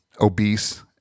obese